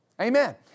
Amen